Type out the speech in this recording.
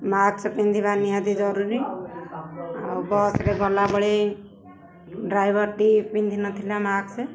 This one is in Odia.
ମାସ୍କ ପିନ୍ଧିବା ନିହାତି ଜରୁରୀ ଆଉ ବସ୍ରେ ଗଲାବେଳେ ଡ୍ରାଇଭର୍ଟି ପିନ୍ଧିନଥିଲା ମାସ୍କ